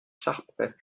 schachbretts